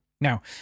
Now